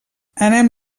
anem